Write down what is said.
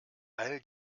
all